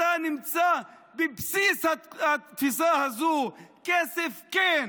אתה נמצא בבסיס התפיסה הזאת: כסף כן,